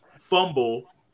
fumble